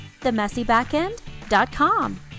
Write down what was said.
themessybackend.com